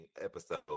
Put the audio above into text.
episode